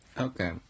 Okay